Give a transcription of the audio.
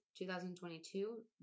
2022